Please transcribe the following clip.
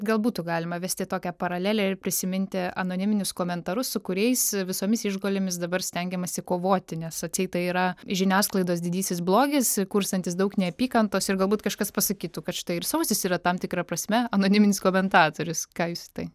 gal būtų galima vesti tokią paralelę ir prisiminti anoniminius komentarus su kuriais visomis išgalėmis dabar stengiamasi kovoti nes atseit tai yra žiniasklaidos didysis blogis kurstantis daug neapykantos ir galbūt kažkas pasakytų kad štai ir sausis yra tam tikra prasme anoniminis komentatorius ką jūs į tai